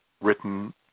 written